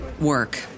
work